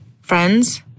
Friends